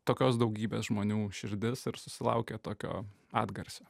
tokios daugybės žmonių širdis ir susilaukė tokio atgarsio